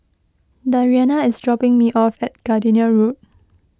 Dariana is dropping me off at Gardenia Road